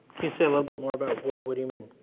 you say a little bit more about what you mean?